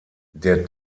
der